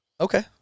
Okay